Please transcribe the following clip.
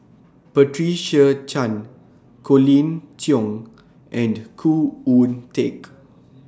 Patricia Chan Colin Cheong and Khoo Oon Teik